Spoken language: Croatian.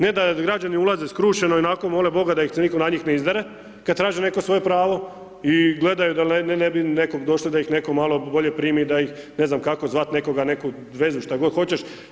Ne da građani ulaze skrušeno i onako mole Boga da ih se nitko na njih ne izdere kad traže neko svoje pravo i gledaju dal ne bi nekog došli da ih netko malo bolje primi, da ih, ne znam kako, zvat nekoga, neku vezu, šta god hoćeš.